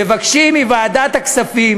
מוועדת הכספים